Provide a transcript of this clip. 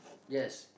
yes